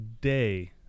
day